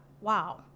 wow